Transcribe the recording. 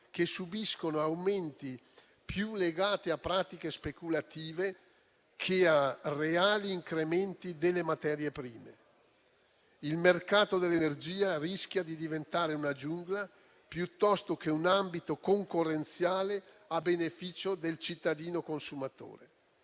che subiscono aumenti legati più a pratiche speculative che a reali incrementi delle materie prime. Il mercato dell'energia rischia di diventare una giungla piuttosto che un ambito concorrenziale a beneficio del cittadino consumatore.